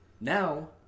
Now